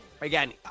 again